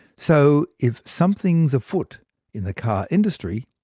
so if something's afoot in the car industry,